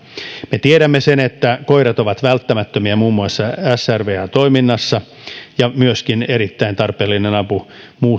me tiedämme sen että koirat ovat välttämättömiä muun muassa srva toiminnassa ja myöskin erittäin tarpeellinen apu